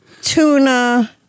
tuna